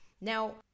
Now